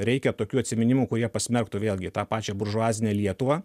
reikia tokių atsiminimų kurie pasmerktų vėlgi tą pačią buržuazinę lietuvą